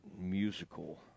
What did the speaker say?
musical